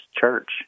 church